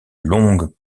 longue